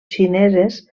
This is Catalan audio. xineses